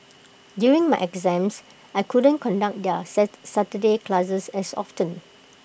during my exams I couldn't conduct their Saturday classes as often